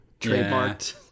trademarked